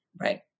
Right